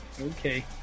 Okay